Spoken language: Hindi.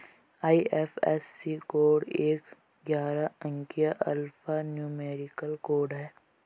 आई.एफ.एस.सी कोड एक ग्यारह अंकीय अल्फा न्यूमेरिक कोड है